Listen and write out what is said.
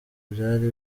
byari